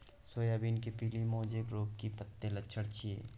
Soybean मे पीली mosaic रोग के की लक्षण छीये?